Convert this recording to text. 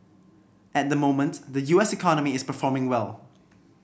at the moment the U S economy is performing well